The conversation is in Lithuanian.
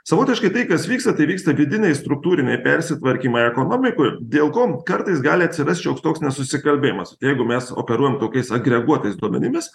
savotiškai tai kas vyksta tai vyksta vidiniai struktūriniai persitvarkymai ekonomikoj dėl ko kartais gali atsirast šioks toks nesusikalbėjimas jeigu mes operuojam tokiais agreguotais duomenimis